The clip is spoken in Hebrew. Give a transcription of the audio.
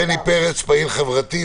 בני פרץ, פעיל חברתי.